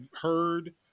heard